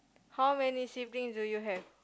how many siblings do you have